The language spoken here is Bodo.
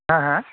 हा हा